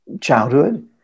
childhood